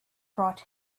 brought